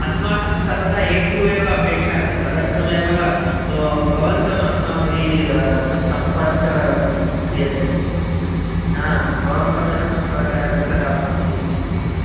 अस्माकं सर्वदा ए टु एव अपेक्षा आसीत् तदर्थमेव भवन्तम् अस्माभिः किं सम्पर्कः क्रियते हा भवन्तमेव सम्पर्कः कृतः अस्माभिः